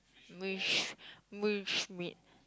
wish wish meat